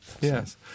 Yes